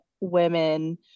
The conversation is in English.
women